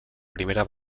primera